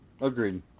Agreed